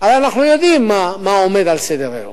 הרי אנחנו ידועים מה עומד על סדר-היום.